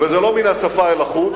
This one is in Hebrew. וזה לא מן השפה ולחוץ,